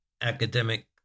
academic